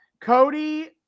Cody